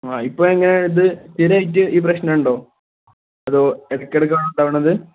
ആ ഇപ്പം എങ്ങനെ ഇത് സ്ഥിരമായിട്ട് ഈ പ്രശ്നം ഉണ്ടോ അതോ ഇടയ്ക്ക് ഇടയ്ക്ക് ആണോ ഉണ്ടാകുന്നത്